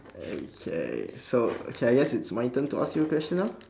okay so K I guess it's my turn to ask you a question now